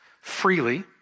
freely